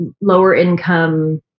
lower-income